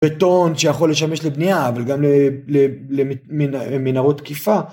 בטון שיכול לשמש לבנייה אבל גם למנהרות תקיפה